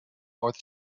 north